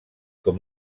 com